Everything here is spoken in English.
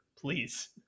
please